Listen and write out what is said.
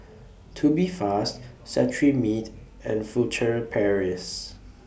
Tubifast Cetrimide and Furtere Paris